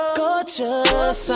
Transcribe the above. gorgeous